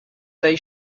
they